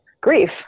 grief